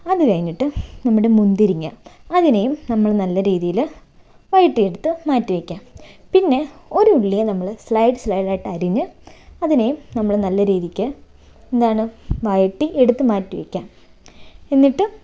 അത് കഴിഞ്ഞിട്ട് നമ്മുടെ മുന്തിരിങ്ങ അതിനെയും നമ്മൾ നല്ല രീതിയിൽ വഴറ്റിയെടുത്ത് മാറ്റി വയ്ക്കുക പിന്നെ ഒരു ഉള്ളിയെ നമ്മൾ സ്ലൈഡ് സ്ലൈഡ് ആയിട്ട് അരിഞ്ഞ് അതിനെയും നമ്മൾ നല്ല രീതിക്ക് എന്താണ് വഴറ്റി എടുത്ത് മാറ്റി വയ്ക്കുക എന്നിട്ട്